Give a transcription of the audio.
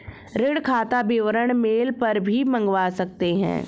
ऋण खाता विवरण मेल पर भी मंगवा सकते है